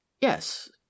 yes